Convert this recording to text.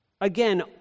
Again